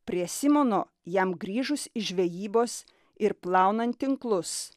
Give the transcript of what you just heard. prie simono jam grįžus iš žvejybos ir plaunant tinklus